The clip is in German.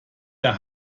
der